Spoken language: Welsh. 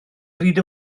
bryd